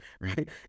right